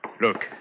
Look